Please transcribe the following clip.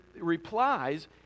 replies